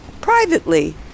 privately